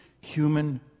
human